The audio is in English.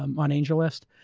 um on angellist.